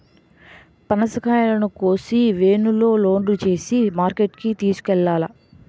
పనసకాయలను కోసి వేనులో లోడు సేసి మార్కెట్ కి తోలుకెల్లాల